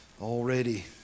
already